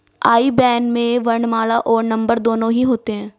आई ban में वर्णमाला और नंबर दोनों ही होते हैं